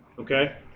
Okay